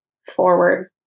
forward